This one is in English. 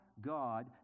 God